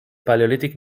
paleolític